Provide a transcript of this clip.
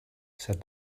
said